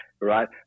right